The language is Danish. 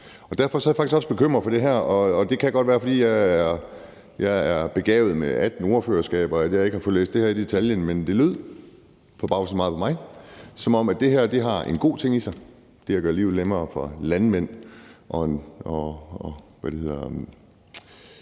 Derfor er jeg faktisk også bekymret for det her. Det kan godt være, fordi jeg er begavet med 18 ordførerskaber, at jeg ikke har fået læst det helt ned i detaljen, men det lød forbavsende meget for mig, som om det her har en god ting i sig, nemlig at gøre tingene nemmere for landmænd.